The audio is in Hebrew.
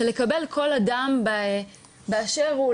לקבל כל אדם באשר הוא.